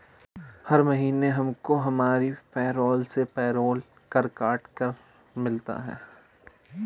हर महीने हमको हमारी पेरोल से पेरोल कर कट कर मिलता है